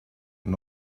and